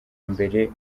mbere